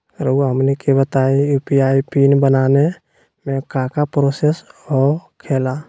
रहुआ हमनी के बताएं यू.पी.आई पिन बनाने में काका प्रोसेस हो खेला?